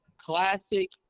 classic